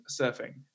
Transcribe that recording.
surfing